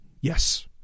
Yes